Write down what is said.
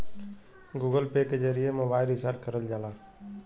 Google Pay के जरिए mobile recharge करल जाला